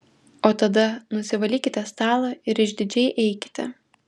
o tada nusivalykite stalą ir išdidžiai eikite